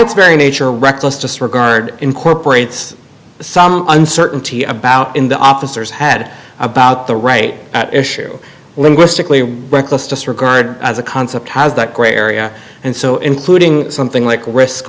its very nature a reckless disregard incorporates some uncertainty about in the office or has had about the right issue linguistically reckless disregard as a concept has that gray area and so including something like risk